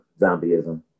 zombieism